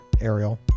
Ariel